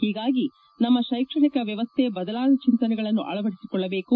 ಹೀಗಾಗಿ ನಮ್ನ ಶೈಕ್ಷಣಿಕ ವ್ನವಸ್ಥೆ ಬದಲಾದ ಚಿಂತನೆಗಳನ್ನು ಅಳವಡಿಸಿಕೊಳ್ಳಬೇಕು